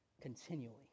continually